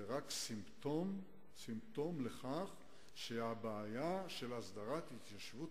זה רק סימפטום לכך שהבעיה של הסדרת התיישבות